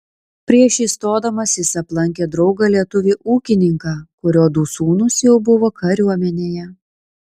prieš įstodamas jis aplankė draugą lietuvį ūkininką kurio du sūnūs jau buvo kariuomenėje